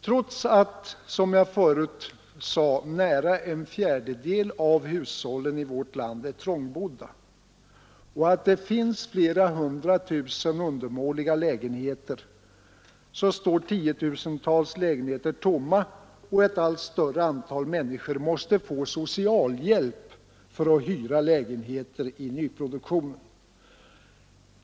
Trots att, som jag förut sade, nära en fjärdedel av hushållen i vårt land är trångbodda och trots att det finns flera hundratusen undermåliga bostäder står tiotusentals lägenheter tomma och ett allt större antal människor måste få socialhjälp för att kunna hyra lägenheter i nyproduktionen.